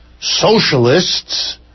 Socialists